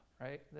right